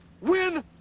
Win